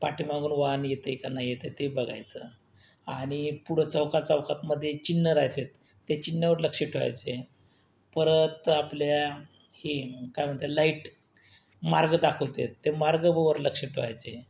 पाठीमागून वाहन येतंय का नाही येतंय ते बघायचं आणि पुढं चौकाचौकातमधे चिन्हं राहतात त्या चिन्हावर लक्ष ठेवायचं परत आपल्या हे काय म्हणता लाईट मार्ग दाखवतेत त्या मार्गबुवर लक्ष ठेवायचं